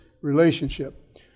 relationship